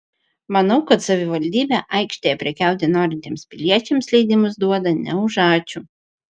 manau kad savivaldybė aikštėje prekiauti norintiems piliečiams leidimus duoda ne už ačiū